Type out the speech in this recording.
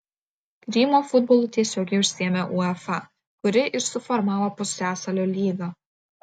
krymo futbolu tiesiogiai užsiėmė uefa kuri ir suformavo pusiasalio lygą